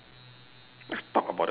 let's talk about the car